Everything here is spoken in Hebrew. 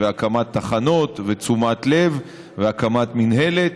הקמת תחנות ותשומת לב והקמת מינהלת.